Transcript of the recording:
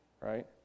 right